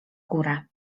górę